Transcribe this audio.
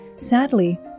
Sadly